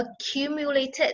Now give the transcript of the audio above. accumulated